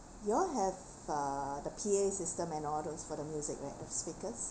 you all have uh the P_A system and all those for the music right speakers